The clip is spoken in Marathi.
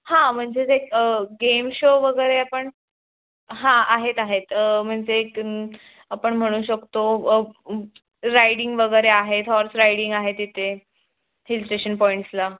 हां म्हणजे ते एक गेम शो वगैरे पण हां आहेत आहेत म्हणजे एक आपण म्हणू शकतो रायडिंग वगैरे आहेत हॉर्स रायडिंग आहे तिथे हिल स्टेशन पॉईंट्सला